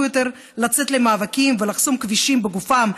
יותר לצאת למאבקים ולחסום כבישים בגופם,